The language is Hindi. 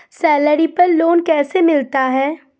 सैलरी पर लोन कैसे मिलता है?